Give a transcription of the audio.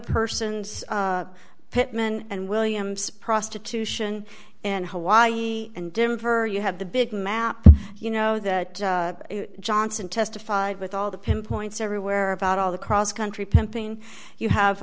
persons pittman and williams prostitution and hawaii and dim for you have the big map you know that johnson testified with all the pinpoints everywhere about all the cross country pumping you have